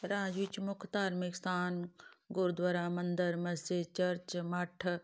ਰਾਜ ਵਿੱਚ ਮੁੱਖ ਧਾਰਮਿਕ ਸਥਾਨ ਗੁਰਦੁਆਰਾ ਮੰਦਰ ਮਸਜਿਦ ਚਰਚ ਮੱਠ